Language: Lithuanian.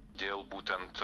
dėl būtent